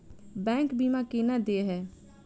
Bank बीमा केना देय है?